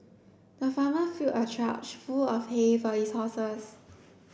the farmer filled a trough full of hay for his horses